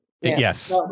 yes